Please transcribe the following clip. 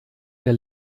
der